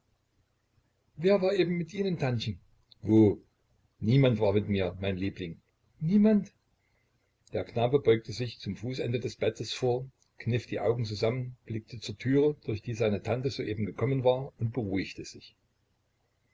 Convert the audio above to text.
wer war eben mit ihnen tantchen wo niemand war mit mir mein liebling niemand der knabe beugte sich zum fußende des bettes vor kniff die augen zusammen blickte zur türe durch die seine tante soeben gekommen war und beruhigte sich